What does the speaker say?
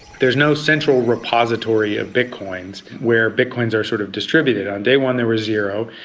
there is no central repository of bitcoins where bitcoins are sort of distributed. on day one there were zero,